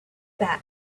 that